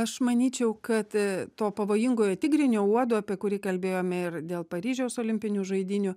aš manyčiau kad to pavojingojo tigrinio uodo apie kurį kalbėjome ir dėl paryžiaus olimpinių žaidynių